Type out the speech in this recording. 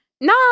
No